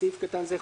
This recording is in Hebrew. בסעיף קטן זה,